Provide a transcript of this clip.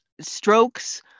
strokes